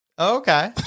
Okay